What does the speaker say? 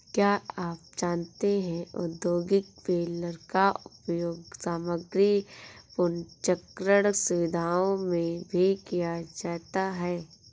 क्या आप जानते है औद्योगिक बेलर का उपयोग सामग्री पुनर्चक्रण सुविधाओं में भी किया जाता है?